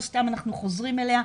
לא סתם אנחנו חוזרים אליה.